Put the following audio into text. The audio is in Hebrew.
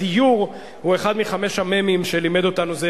הדיור הוא אחד מחמש המ"מים שלימד אותנו זאב